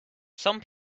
some